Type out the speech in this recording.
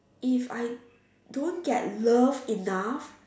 if I don't get loved enough